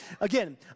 Again